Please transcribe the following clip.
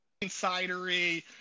insidery